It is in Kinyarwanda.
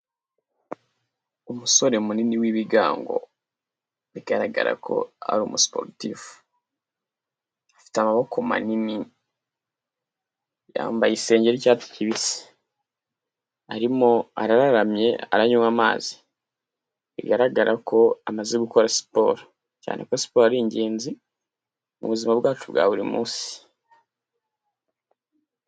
Umusore munini w'ibigango, bigaragara ko ari umusiporotifu. Afite amaboko manini, yambaye isengeri y'icyatsi kibisi. Arimo araramye aranywa amazi, bigaragara ko amaze gukora siporo, cyane ko siporo ari ingenzi mu buzima bwacu bwa buri munsi.